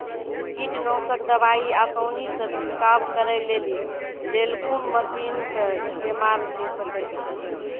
कीटनासक दवाई आसानीसॅ छिड़काव करै लेली लेल कून मसीनऽक इस्तेमाल के सकै छी?